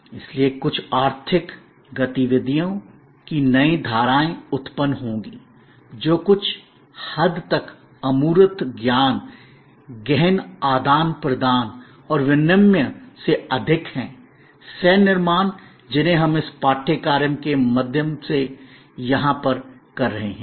इसलिए कुछ आर्थिक गतिविधियों की नई धाराएँ उत्पन्न होंगी जो कुछ हद तक अमूर्त ज्ञान गहन आदान प्रदान और विनिमय से अधिक हैं सह निर्माण जिन्हें हम इस पाठ्यक्रम के माध्यम से यहाँ पर कर रहे हैं